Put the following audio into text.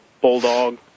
Bulldog